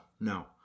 no